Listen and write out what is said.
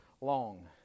long